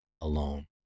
alone